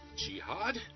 jihad